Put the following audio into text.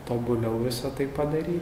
tobuliau visa tai padaryti